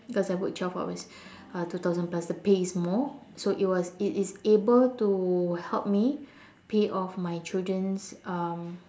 cause I work twelve hours uh two thousand plus the pay is more so it was it is able to help me pay off my children's um